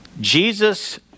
Jesus